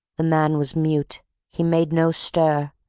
the man was mute he made no stir,